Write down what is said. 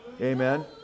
Amen